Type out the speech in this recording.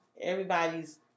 Everybody's